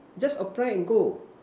just apply and go